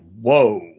whoa